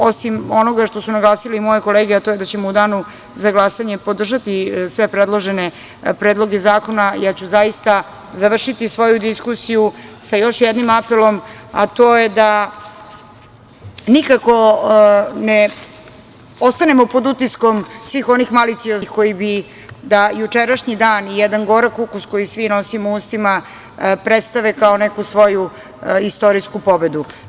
Osim onoga što su naglasile moje kolege, a to je da ćemo u danu za glasanje podržati sve predložene predloge zakona, ja ću zaista završiti svoju diskusiju sa još jednim apelom, a to je da nikako ne ostanemo pod utiskom svih onih malicioznih koji bi da jučerašnji dan i jedan gorak ukus koji svi nosio u ustima predstave kao neku svoju istorijsku pobedu.